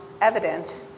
evident